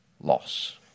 loss